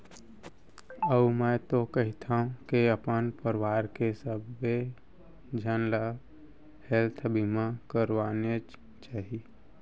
अउ मैं तो कहिथँव के अपन परवार के सबे झन ल हेल्थ बीमा करवानेच चाही